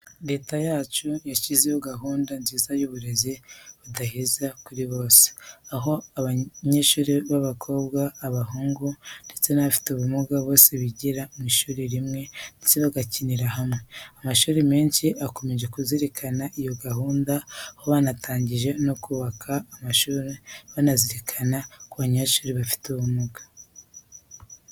Leta yacu yashyizeho gahunda nziza y'uburezi budaheza kuri bose, aho abanyeshuri b'abakobwa, abahungu ndetse n'abafite ubumuga bose biga mu ishuri rimwe ndetse bagakinira hamwe. Amashuri menshi akomeje gukurikiza iyo gahunda aho banatangiye no kubaka amashuri banazirikana ku banyeshuri bafite ubumuga.